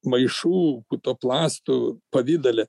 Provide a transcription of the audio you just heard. maišų kutoplastų pavidale